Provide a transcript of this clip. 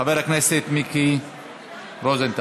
של חבר הכנסת מיקי רוזנטל.